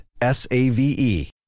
S-A-V-E